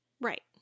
Right